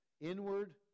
inward